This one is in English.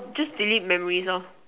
just delete memories lor